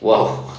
!wah!